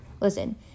Listen